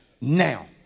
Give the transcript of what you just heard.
now